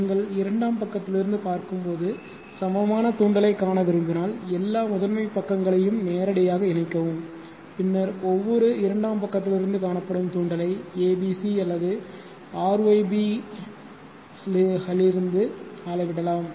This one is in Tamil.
நீங்கள் இரண்டாம் பக்கத்திலிருந்து பார்க்கும்போது சமமான தூண்டலைக் காண விரும்பினால் எல்லா முதன்மை பக்கங்களையும் நேரடியாக இணைக்கவும் பின்னர் ஒவ்வொரு இரண்டாம் பக்கத்திலிருந்தும் காணப்படும் தூண்டலை a b c அல்லது R Y B களிலிருந்து அளவிடலாம்